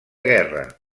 guerra